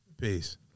Peace